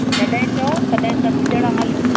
जॾहिं चओ तॾहिं सभु ॼणां हलूं